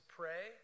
pray